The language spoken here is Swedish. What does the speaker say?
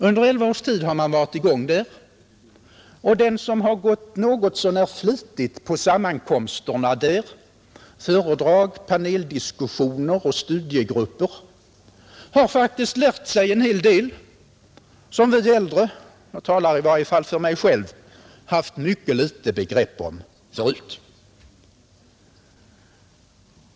Under elva års tid har verksamheten varit i gång, och den som något så när flitigt besökt sammankomsterna, där det förekommit föredrag, paneldiskussioner och studiegrupper, har faktiskt lärt sig en hel del som vi äldre — jag talar i varje fall för mig själv — haft mycket litet begrepp om tidigare.